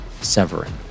Severin